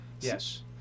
Yes